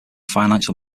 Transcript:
financial